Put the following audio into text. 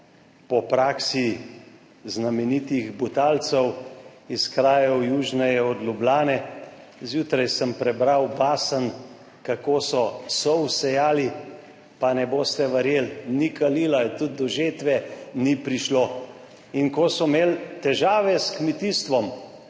po praksi znamenitih Butalcev iz krajev južneje od Ljubljane. Zjutraj sem prebral basen, kako so sol sejali, pa ne boste verjeli, ni kalila, tudi do žetve ni prišlo, in ko so imeli težave s kmetijstvom,